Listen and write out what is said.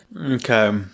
Okay